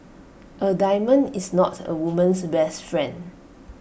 A diamond is not A woman's best friend